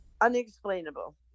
unexplainable